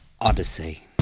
Odyssey